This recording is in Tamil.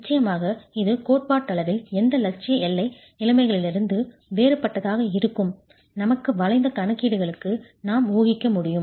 நிச்சயமாக இது கோட்பாட்டளவில் எந்த இலட்சிய எல்லை நிலைமைகளிலிருந்து வேறுபட்டதாக இருக்கும் நமது வளைந்த கணக்கீடுகளுக்கு நாம் ஊகிக்க முடியும்